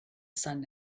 sun